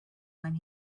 when